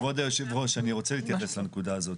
כבוד יושב הראש, אני רוצה להתייחס לנקודה הזאת.